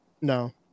No